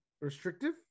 restrictive